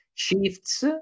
Shifts